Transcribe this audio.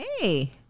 Hey